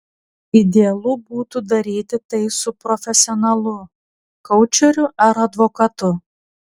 idealu būtų daryti tai su profesionalu koučeriu ar advokatu